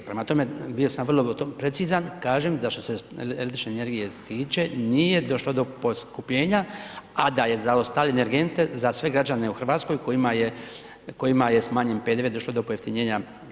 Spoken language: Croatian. Prema tome, bio sam vrlo precizan, kažem da što se električne energije tiče, nije došlo do poskupljenja, a da je za ostale energente za sve građane u RH kojima je smanjen PDV došlo do pojeftinjenja cijene energenata.